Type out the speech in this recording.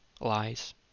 Lies